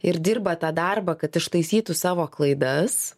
ir dirba tą darbą kad ištaisytų savo klaidas